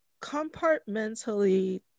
compartmentally